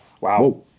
Wow